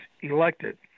elected